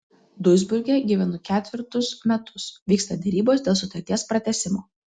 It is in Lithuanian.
duisburge gyvenu ketvirtus metus vyksta derybos dėl sutarties pratęsimo